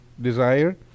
desire